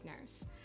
nurse